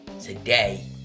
today